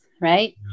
right